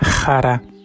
Jara